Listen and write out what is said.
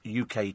UK